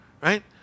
right